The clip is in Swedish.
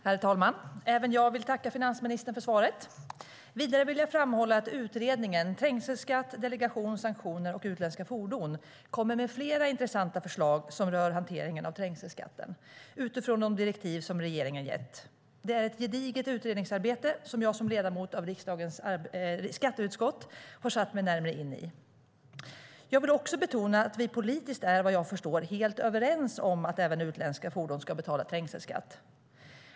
Herr talman! Även jag vill tacka finansministern för svaret. Vidare vill jag framhålla att utredningen Trängselskatt - delegation, sanktioner och utländska fordon kommer med flera intressanta förslag som rör hanteringen av trängselskatten utifrån de direktiv som regeringen gett. Det är ett gediget utredningsarbete, som jag som ledamot av riksdagens skatteutskott har satt mig in i närmare. Jag vill också betona att vi politiskt är helt överens om att även utländska fordon ska betala trängselskatt, vad jag förstår.